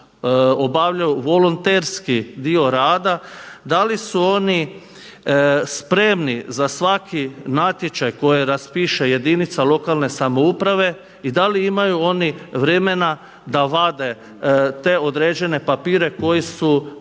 obavljaju volonterski dio rada, da li su oni spremni za svaki natječaj koji raspiše jedinica lokalne samouprave i da li imaju oni vremena da vade te određene papire koji su propisani